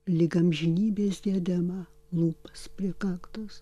lyg amžinybės diadema lūpas prie kaktos